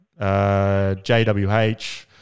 JWH